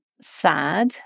sad